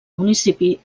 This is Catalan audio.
municipi